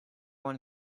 one